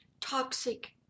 toxic